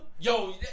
Yo